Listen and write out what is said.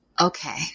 okay